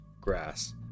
grass